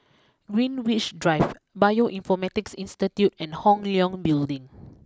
Greenwich Drive Bioinformatics Institute and Hong Leong Building